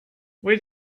where